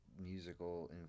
Musical